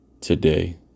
today